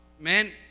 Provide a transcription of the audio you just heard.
Amen